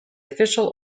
official